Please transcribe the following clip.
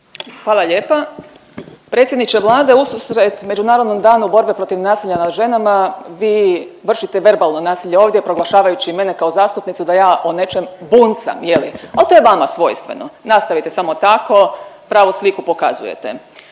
Hvala lijepa. Predsjedniče Vlade, ususret Međunarodnom danu borbe protiv nasilja nad ženama vi vršite verbalno nasilje ovdje proglašavajući mene kao zastupnicu da ja o nečem buncam je li, al to je vama svojstveno, nastavite samo tako, pravu sliku pokazujete.